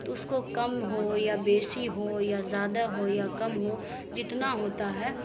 تو اس کو کم ہو یا بیسی ہو یا زیادہ ہو یا کم ہو جتنا ہوتا ہے